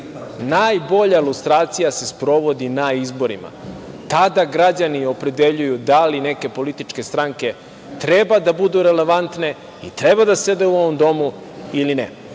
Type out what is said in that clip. Najbolja lustracija se sprovodi na izborima. Tada građani opredeljuju da li neke političke stranke treba da budu relevantne i treba da sede u ovom domu ili